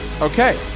Okay